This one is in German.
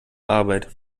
arbeit